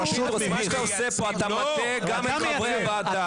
מה שאתה עושה פה אתה מטעה גם את חברי הוועדה.